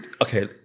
Okay